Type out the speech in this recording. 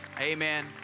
Amen